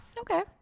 okay